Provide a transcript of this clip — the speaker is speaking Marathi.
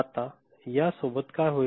आता या सोबत काय होईल